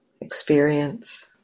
experience